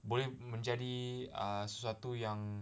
boleh menjadi sesuatu yang